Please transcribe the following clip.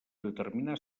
determinar